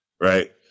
Right